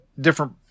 different